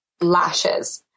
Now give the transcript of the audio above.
lashes